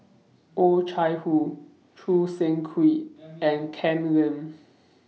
Oh Chai Hoo Choo Seng Quee and Ken Lim